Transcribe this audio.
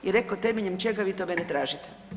I reko temeljem čega vi to mene tražite?